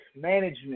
management